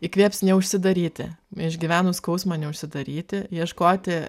įkvėps neužsidaryti išgyvenus skausmą neužsidaryti ieškoti